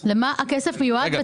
מיועד?